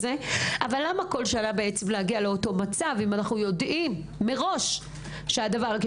למה בכל שנה להגיע לאותו מצב אם יודעים מראש שזה המצב?